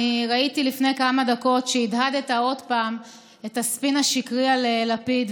אני ראיתי לפני כמה דקות שהדהדת עוד פעם את הספין השקרי על לפיד,